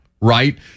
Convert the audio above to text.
right